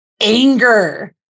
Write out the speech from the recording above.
anger